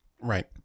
Right